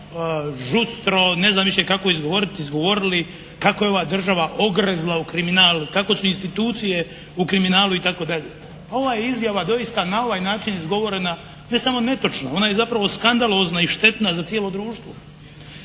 žustro, ne znam više kako izgovoriti izgovorili kako je ova država ogrezla u kriminal, kako su institucije u kriminalu itd. Pa ova je izjava doista na ovaj način izgovorena ne samo netočno. Ona je zapravo skandalozna i štetna za cijelo društvo.